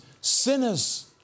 sinners